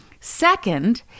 second